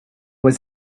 was